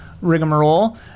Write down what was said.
rigmarole